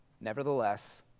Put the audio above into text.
Nevertheless